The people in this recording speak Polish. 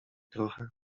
trochę